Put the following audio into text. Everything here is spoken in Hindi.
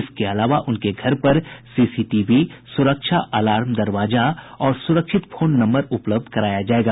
इसके अलावा उनके घर पर सीसीटीवी सुरक्षा अलार्म दरवाजा और सुरक्षित फोन नम्बर उपलब्ध कराया जायेगा